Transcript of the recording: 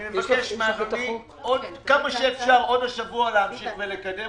ואני מבקש מאדוני אם אפשר עוד השבוע להמשיך ולקדם